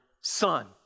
son